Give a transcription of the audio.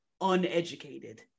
uneducated